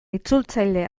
itzultzaile